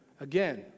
Again